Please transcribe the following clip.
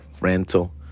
rental